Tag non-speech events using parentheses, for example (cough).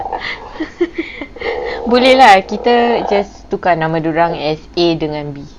(laughs) boleh lah kita just tukar nama dia orang as A dengan B